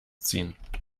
ziehen